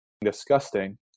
disgusting